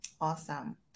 Awesome